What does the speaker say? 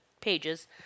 pages